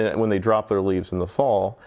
and when they drop their leaves in the fall,